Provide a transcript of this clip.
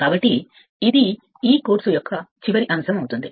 కాబట్టి తరువాత ఇది ఈ కోర్సు యొక్క చివరి అంశం అవుతుంది